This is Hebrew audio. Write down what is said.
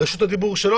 רשות הדיבור שלו.